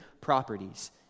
properties